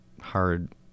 hard